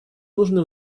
нужно